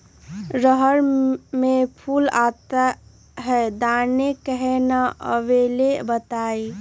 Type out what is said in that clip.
रहर मे फूल आता हैं दने काहे न आबेले बताई?